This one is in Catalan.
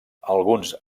alguns